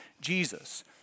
Jesus